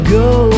go